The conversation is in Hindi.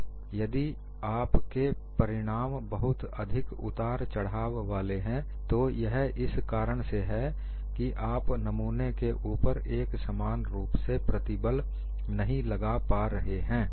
यदि आप के परिणाम बहुत अधिक उतार चढ़ाव वाले हैं तो यह इस कारण से है कि आप नमूने के ऊपर एक समान रूप से प्रतिबल नहीं लगा पा रहे हैं